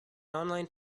online